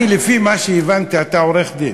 אני, לפי מה שהבנתי, אתה עורך-דין.